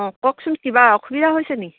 অঁ কওকচোন কিবা অসুবিধা হৈছে নেকি